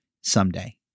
someday